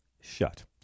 shut